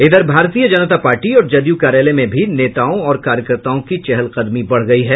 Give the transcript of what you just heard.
इधर भारतीय जनता पार्टी और जदयू कार्यालय में भी नेताओं और कार्यकर्ताओं की चहलकदमी बढ़ गयी है